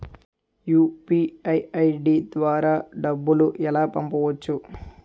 UPI ID ద్వారా డబ్బులు ఎలా పంపవచ్చు?